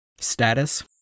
status